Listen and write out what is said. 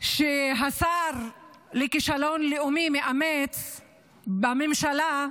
שהשר לכישלון לאומי מאמץ בממשלה,